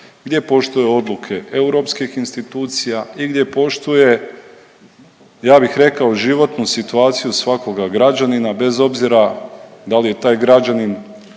gdje poštuje odluke europskih institucija i gdje poštuje, ja bih rekao životnu situaciju svakoga građanina bez obzira da li je taj građanin